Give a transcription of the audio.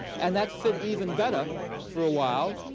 and that fit even better for a while.